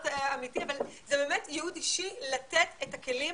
אבל זה באמת ייעוד אישי לתת את הכלים